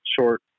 short